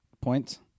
points